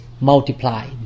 multiply